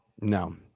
No